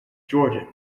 jordan